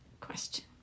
question